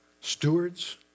stewards